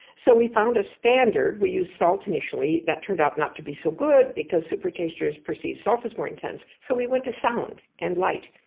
so we found a standard, we used salt initially. that turned out not to be so good because super-tasters perceive salt as more intense, so we went to sound and light.